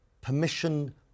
permission